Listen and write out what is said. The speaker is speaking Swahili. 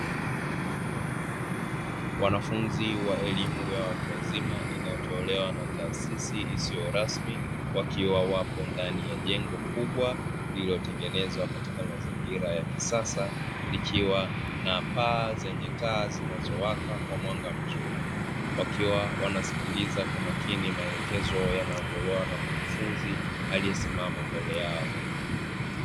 Wanafunzi wa elimu ya watu wazima inayotolewa na taasisi isiyo rasmi wakiwa wapo ndani ya jengo kubwa lililotengenezwa katika mazingira ya kisasa likiwa na paa zenye taa zinazowaka kwa mwanga mzuri, wakiwa wanasikiliza kwa makini maelekezo yanayotolewa na mkufunzi aliyesimama mbele yao.